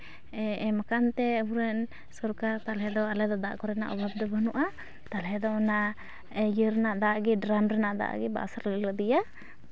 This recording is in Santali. ᱮᱢᱟᱠᱟᱱ ᱛᱮ ᱟᱵᱚᱨᱮᱱ ᱥᱚᱨᱠᱟᱨ ᱛᱟᱞᱚᱦᱮ ᱫᱚ ᱟᱞᱮ ᱫᱟᱜ ᱠᱚᱨᱮᱱᱟᱜ ᱚᱵᱷᱟᱵ ᱫᱚ ᱵᱟᱹᱱᱩᱜᱼᱟ ᱛᱟᱞᱚᱦᱮ ᱫᱚ ᱚᱱᱟ ᱤᱭᱟᱹ ᱨᱮᱱᱟᱜ ᱫᱟᱜ ᱜᱮ ᱰᱨᱟᱢ ᱨᱮᱱᱟᱜ ᱫᱟᱜ ᱜᱮ ᱵᱟᱥ ᱨᱮᱞᱮ ᱞᱟᱫᱮᱭᱟ